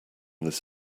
this